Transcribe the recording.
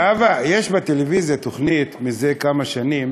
זהבה, יש בטלוויזיה תוכנית זה כמה שנים